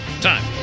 Time